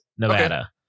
Nevada